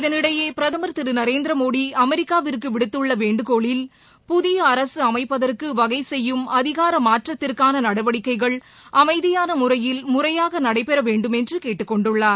இதனிடையே பிரதமர் திரு நரேந்திர மோடி அமெரிக்காவிற்கு விடுத்துள்ள வேண்டுகோளில் புதிய அரசு அமைப்பதற்கு வகை செய்யும் அதிகார மாற்றத்திற்கான நடவடிக்கைகள் அமைதியான முறையில் முறையாக நடைபெற வேண்டுமென்று கேட்டுக்கொண்டுள்ளார்